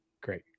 Great